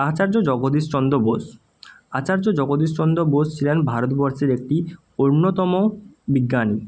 আচার্য জগদীশ চন্দ্র বসু আচার্য জগদীশ চন্দ্র বসু ছিলেন ভারতবর্ষের একটি অন্যতম বিজ্ঞানী